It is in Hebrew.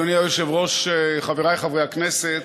אדוני היושב-ראש, חברי חברי הכנסת,